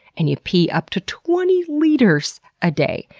and you pee up to twenty liters a day!